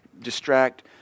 distract